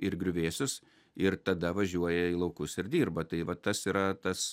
ir griuvėsius ir tada važiuoja į laukus ir dirba tai vat tas yra tas